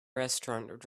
restaurant